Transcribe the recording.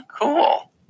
Cool